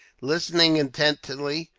listening intently,